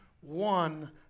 one